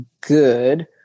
good